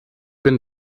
bin